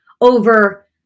over